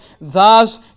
Thus